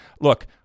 Look